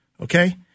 Okay